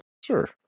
Sure